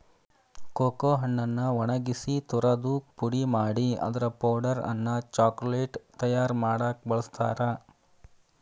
cocoa ಹಣ್ಣನ್ನ ಒಣಗಿಸಿ ತುರದು ಪುಡಿ ಮಾಡಿ ಅದರ ಪೌಡರ್ ಅನ್ನ ಚಾಕೊಲೇಟ್ ತಯಾರ್ ಮಾಡಾಕ ಬಳಸ್ತಾರ